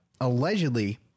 allegedly